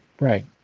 Right